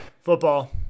Football